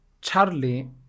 Charlie